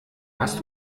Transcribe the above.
hast